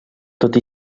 tot